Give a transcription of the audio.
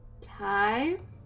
time